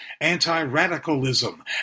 Anti-Radicalism